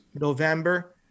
November